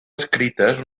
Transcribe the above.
escrites